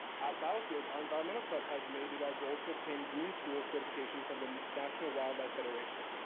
at battlefield, our environmental club has made it our goal to obtain green schools certification from the national wildlife federation.